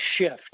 shift